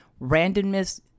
Randomness